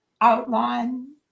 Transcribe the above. outline